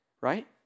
right